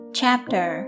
chapter